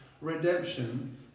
redemption